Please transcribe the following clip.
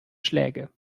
schläge